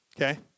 Okay